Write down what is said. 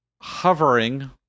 hovering